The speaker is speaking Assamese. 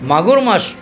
মাগুৰ মাছ